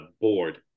board